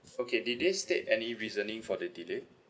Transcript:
okay did they state any reasoning for the delay